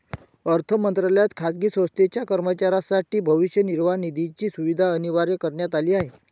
अर्थ मंत्रालयात खाजगी संस्थेच्या कर्मचाऱ्यांसाठी भविष्य निर्वाह निधीची सुविधा अनिवार्य करण्यात आली आहे